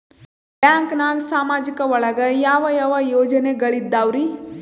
ಬ್ಯಾಂಕ್ನಾಗ ಸಾಮಾಜಿಕ ಒಳಗ ಯಾವ ಯಾವ ಯೋಜನೆಗಳಿದ್ದಾವ್ರಿ?